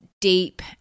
deep